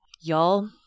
y'all